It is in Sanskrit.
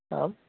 आम्